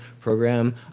program